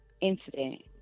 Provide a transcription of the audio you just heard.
incident